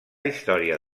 història